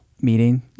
meeting